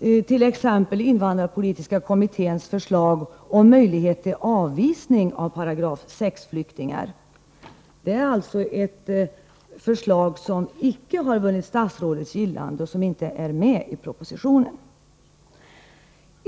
t.ex. invandrarpolitiska kommitténs förslag om möjlighet till avvisning av § 6-flyktingar — det är ett förslag som inte har vunnit statsrådets gillande och som inte är med i propositionen.